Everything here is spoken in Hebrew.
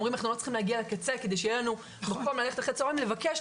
אנחנו לא צריכים להגיע לקצה כדי שיהיה לנו מקום ללכת אחר הצוהריים לבקש,